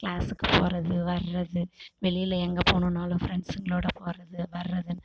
க்ளாஸுக்கு போகறது வர்றது வெளியில எங்கே போகணுன்னாலும் ஃப்ரெண்ட்ஸுங்களோட போகறது வர்றதுன்னு